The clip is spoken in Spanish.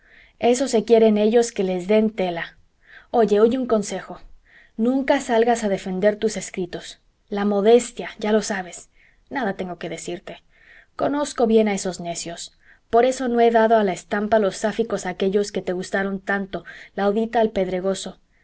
eso se quieren ellos que les den tela oye oye un consejo nunca salgas a defender tus escritos la modestia ya lo sabes nada tengo que decirte conozco bien a esos necios por eso no he dado a la estampa los sáficos aquellos que te gustaron tanto la odita al pedregoso